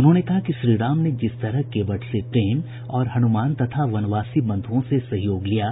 उन्होंने कहा कि श्रीराम ने जिस तरह केवट से प्रेम और हनुमान तथा वनवासी बन्ध्रों से सहयोग लिया